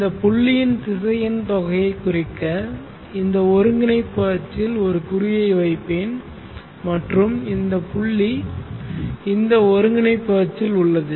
இந்த புள்ளியின் திசையன் தொகையை குறிக்க இந்த ஒருங்கிணைப்பு அச்சில் ஒரு குறியை வைப்பேன் மற்றும் இந்த புள்ளி இந்த ஒருங்கிணைப்பு அச்சில் உள்ளது